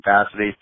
capacity